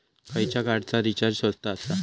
खयच्या कार्डचा रिचार्ज स्वस्त आसा?